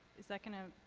is that gonna?